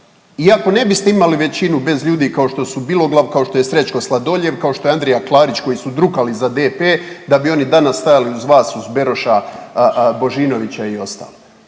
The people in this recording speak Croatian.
iako ne biste imali većinu bez ljudi kao što su Biloglav, kao što je Srećko Sladoljev, kao što je Andrija Klarić koji su drukali za DP da bi oni danas stajali uz vas, uz Beroša, Božinovića i ostale.